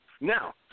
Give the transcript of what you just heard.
Now